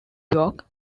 york